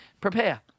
prepare